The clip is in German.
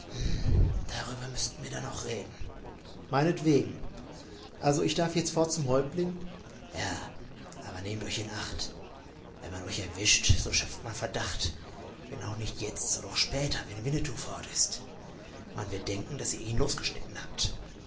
darüber müßten wir dann noch reden meinetwegen also ich darf jetzt fort zum häuptling ja aber nehmt euch in acht wenn man euch erwischt so schöpft man verdacht wenn auch nicht jetzt so doch später wenn winnetou fort ist man wird denken daß ihr ihn losgeschnitten habt